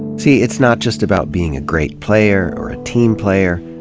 see, it's not just about being a great player, or a team player.